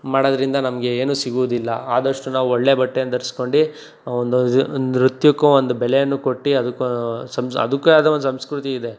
ಮಾಡೋದ್ರಿಂದ ನಮಗೆ ಏನೂ ಸಿಗುವುದಿಲ್ಲ ಆದಷ್ಟು ನಾವು ಒಳ್ಳೆ ಬಟ್ಟೆನ ಧರ್ಸ್ಕೊಂಡು ಆ ಒಂದು ನೃತ್ಯಕ್ಕೂ ಒಂದು ಬೆಲೆಯನ್ನು ಕೊಟ್ಟು ಅದಕ್ಕೆ ಸಮ್ಸ್ ಅದಕ್ಕೆ ಆದ ಒಂದು ಸಂಸ್ಕೃತಿ ಇದೆ